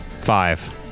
Five